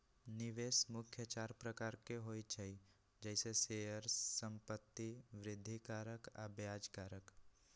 निवेश मुख्य चार प्रकार के होइ छइ जइसे शेयर, संपत्ति, वृद्धि कारक आऽ ब्याज कारक